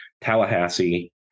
Tallahassee